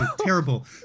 terrible